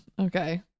Okay